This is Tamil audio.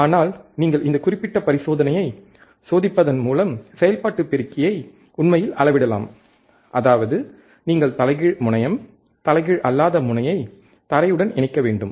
ஆனால் நீங்கள் இந்தக் குறிப்பிட்ட பரிசோதனையைச் சோதிப்பதன் மூலம் செயல்பாட்டு பெருக்கியை உண்மையில் அளவிடலாம் அதாவது நீங்கள் தலைகீழ் முனையம் தலைகீழ் அல்லாத முனையைத் தரையுடன் இணைக்க வேண்டும்